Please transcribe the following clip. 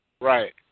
Right